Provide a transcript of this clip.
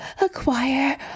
acquire